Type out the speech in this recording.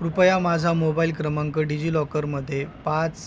कृपया माझा मोबाईल क्रमांक डिजिलॉकरमध्ये पाच